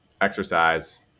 exercise